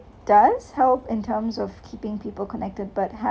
does help in terms of keeping people connected but how